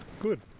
Good